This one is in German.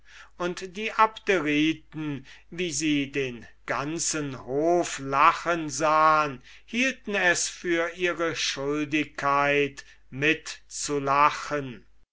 und die abderiten wie sie den ganzen hof lachen sahen hielten es für ihre schuldigkeit mitzulachen